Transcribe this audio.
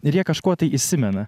ir jie kažkuo tai įsimena